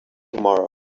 tomorrow